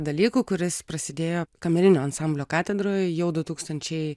dalykų kuris prasidėjo kamerinio ansamblio katedroj jau du tūkstančiai